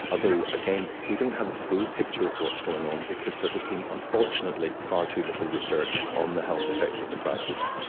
although, again, we don't have a full picture of what's going on because there has been unfortunately far too little research on the health effects of the crisis.